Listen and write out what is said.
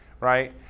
right